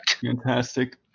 Fantastic